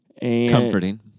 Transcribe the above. Comforting